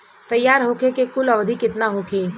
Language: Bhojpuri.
तैयार होखे के कुल अवधि केतना होखे?